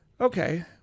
okay